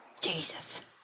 Jesus